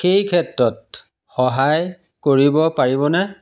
সেই ক্ষেত্ৰত সহায় কৰিব পাৰিবনে